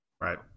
Right